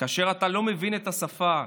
כאשר אתה לא מבין את השפה,